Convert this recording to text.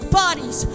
bodies